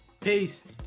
Peace